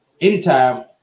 anytime